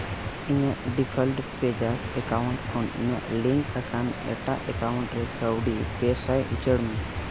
ᱤᱧᱟᱹᱜ ᱰᱤᱯᱷᱚᱞᱴ ᱯᱮᱡᱟᱯ ᱮᱠᱟᱣᱩᱱᱴ ᱠᱷᱚᱱ ᱤᱧᱟᱹᱜ ᱞᱤᱝᱠ ᱟᱠᱟᱱ ᱮᱴᱟᱜ ᱮᱠᱟᱣᱩᱱᱴ ᱨᱮ ᱠᱟᱹᱣᱰᱤ ᱯᱮ ᱥᱟᱭ ᱩᱪᱟᱹᱲ ᱢᱮ